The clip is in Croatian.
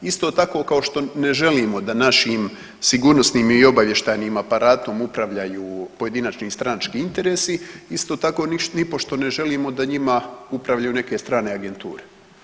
Isto tako kao što ne želimo da našim sigurnosnim i obavještajnim aparatom upravljaju pojedinačni stranački interesi isto tako nipošto ne želimo da njima upravljaju neke strane agenture.